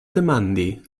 demandi